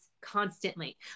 constantly